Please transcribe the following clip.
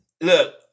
look